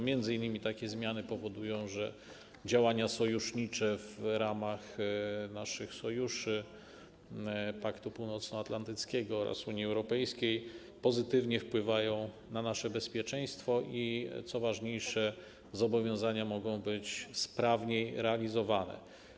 M.in. takie zmiany powodują, że działania sojusznicze w ramach naszych sojuszy, Paktu Północnoatlantyckiego oraz Unii Europejskiej, pozytywnie wpływają na nasze bezpieczeństwo i, co ważniejsze, zobowiązania mogą być sprawniej realizowane.